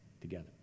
together